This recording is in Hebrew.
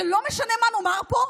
ולא משנה מה נאמר פה,